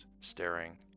staring